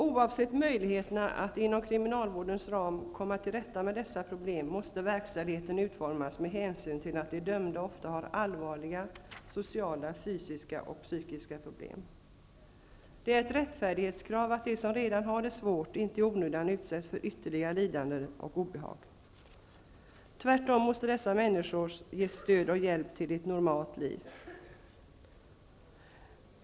Oavsett möjligheterna att inom kriminalvårdens ram komma till rätta med dessa problem måste verkställigheten utformas med hänsyn till att de dömda ofta har allvarliga sociala, fysiska och psykiska problem. Det är ett rättfärdighetskrav att de som redan har det svårt inte i onödan utsätts för ytterligare lidande och obehag. Tvärtom måste dessa människor ges stöd och hjälp till ett normalt liv.